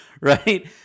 Right